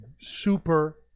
super